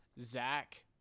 Zach